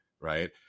Right